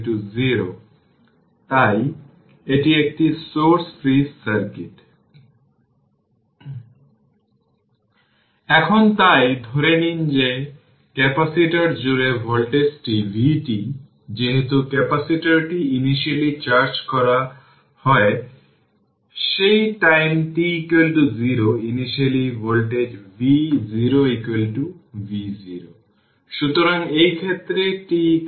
আমরা বলতে পারি যে সার্কিটের টাইম কনস্ট্যান্ট হল তার ইনিশিয়াল ভ্যালু এর 368 শতাংশ ডিকে এর রেসপন্স এর জন্য প্রয়োজনীয় সময়